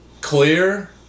clear